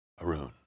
Arun